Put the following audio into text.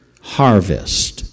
harvest